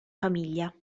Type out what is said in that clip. famiglia